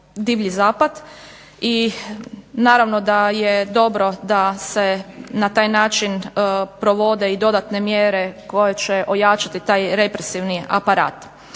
divlji zapad i naravno da je dobro da se na taj način provode i dodatne mjere koje će ojačati taj represivni aparat.